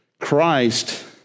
Christ